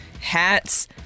hats